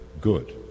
good